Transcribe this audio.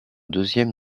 deuxième